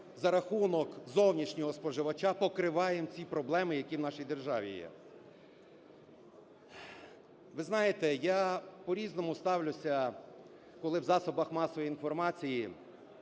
за рахунок зовнішнього споживача покриваємо ці проблеми, які в нашій державі є. Ви знаєте, я по-різному ставлюся, коли в засобах масової інформації